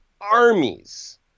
armies